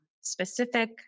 specific